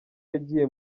yagiye